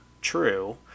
true